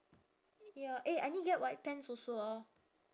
ya eh I need get white pants also ah